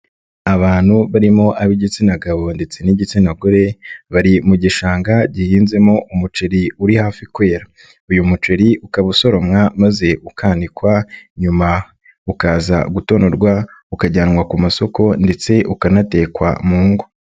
Abantu barimo ab'igitsina gabo ndetse n'igitsina gore, bari mu gishanga gihinzemo umuceri uri hafi kwera. Uyu muceri ukaba usoromwa maze ukanikwa nyuma ukaza gutonorwa, ukajyanwa ku masoko ndetse ukanatekwa mu ngo.